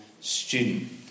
student